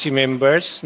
members